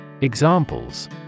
Examples